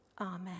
Amen